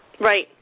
Right